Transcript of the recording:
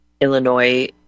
Illinois